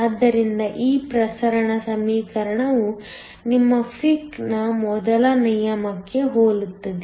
ಆದ್ದರಿಂದ ಈ ಪ್ರಸರಣ ಸಮೀಕರಣವು ನಿಮ್ಮ ಫಿಕ್ನ ಮೊದಲ ನಿಯಮಕ್ಕೆ ಹೋಲುತ್ತದೆ